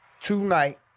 tonight